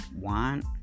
want